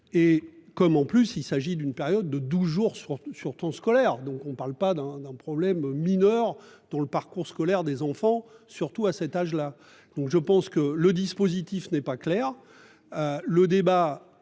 Et comme en plus, il s'agit d'une période de 12 jours sur ton scolaire donc on ne parle pas d'un d'un problème mineur dont le parcours scolaire des enfants, surtout à cet âge-là. Donc je pense que le dispositif n'est pas clair.